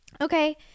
okay